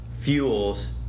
fuels